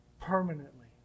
permanently